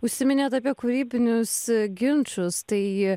užsiminėt apie kūrybinius ginčus tai